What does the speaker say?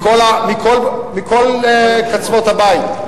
מכל קצוות הבית,